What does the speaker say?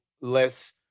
less